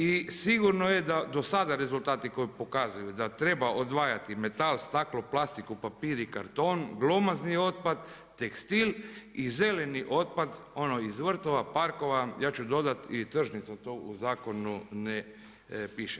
I sigurno je da do sada rezultati koji pokazuju da treba odvajati metal, staklo, plastiku, papir i karton, glomazni otpad, tekstil i zeleni otpad, ono iz vrtova, parkova, ja ću dodati i tržnica, to u zakonu ne piše.